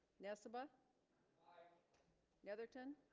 nessebar by netherton